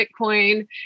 bitcoin